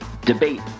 debate